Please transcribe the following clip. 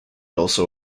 also